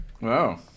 Wow